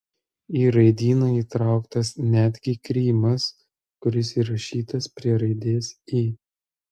į raidyną įtrauktas netgi krymas kuris įrašytas prie raidės y